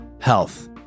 health